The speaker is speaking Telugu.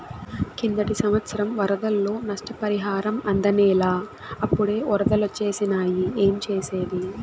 కిందటి సంవత్సరం వరదల్లో నష్టపరిహారం అందనేలా, అప్పుడే ఒరదలొచ్చేసినాయి ఏంజేసేది